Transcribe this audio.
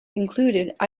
included